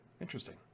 Interesting